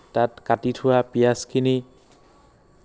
অঁ পাৰে যদি মোক সোনকালে জনাব